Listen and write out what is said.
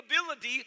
ability